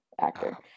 actor